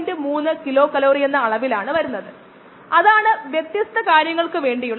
dry ആകുമ്പോൾ ചാറിൽ ലയിക്കുന്നവയെല്ലാം മാസിന്റെ അളവിന് കാരണമാകും